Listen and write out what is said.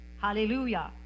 Hallelujah